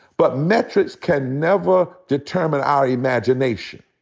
but metrics can never determine our imagination.